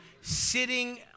sitting